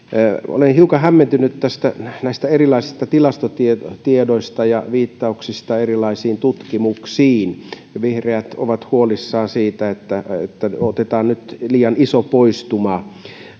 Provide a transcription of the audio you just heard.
olen hiukan hämmentynyt näistä erilaisista tilastotiedoista ja viittauksista erilaisiin tutkimuksiin vihreät ovat huolissaan siitä että että nyt otetaan liian iso poistuma